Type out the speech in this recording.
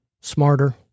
smarter